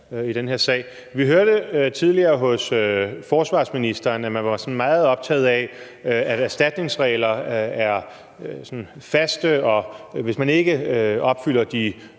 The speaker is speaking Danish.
i den her sag. Vi hørte tidligere, at forsvarsministeren var sådan meget optaget af, at erstatningsregler er faste, og at man, hvis ikke man opfylder de